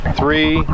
three